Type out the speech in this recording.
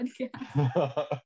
podcast